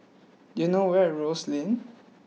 do you know where is Rose Lane